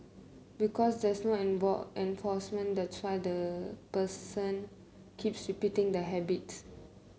because there's no enforcement that's why the person keeps repeating the habits